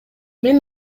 мен